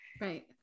Right